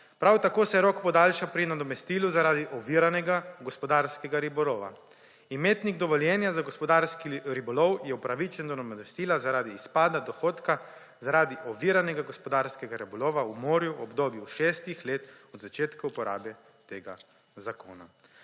Prav tako se rok podaljša pri nadomestilu zaradi oviranega gospodarskega ribolova. Imetnik dovoljenja za gospodarski ribolov je upravičen do nadomestila zaradi izpada dohodka zaradi oviranega gospodarskega ribolova v morju v obdobju šestih letih od začetka uporabe tega zakona.